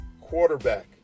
quarterback